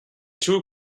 two